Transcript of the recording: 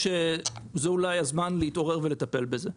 ואולי זה הזמן להתעורר ולטפל בזה.